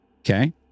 Okay